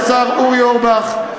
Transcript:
השר אורי אורבך,